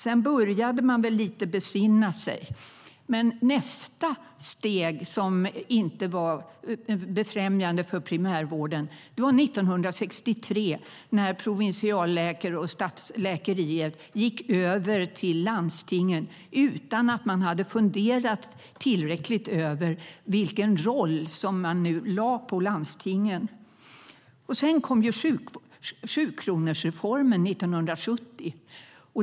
Sedan började man väl besinna sig lite. Sedan kom sjukronorsreformen 1970.